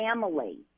family